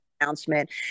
announcement